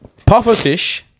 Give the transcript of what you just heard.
Pufferfish